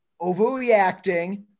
overreacting